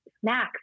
snacks